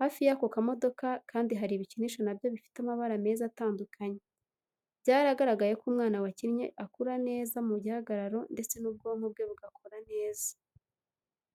Hafi y'ako kamodoka kandi hari ibikinisho na byo bifite amabara meza atandukanye. Byaragaragaye ko umwana wakinnye akura neza mu gihagararo ndetse n'ubwonko bwe bugakora neza.